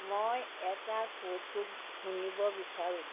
মই এটা কৌতুক শুনিব বিচাৰোঁ